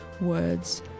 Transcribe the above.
words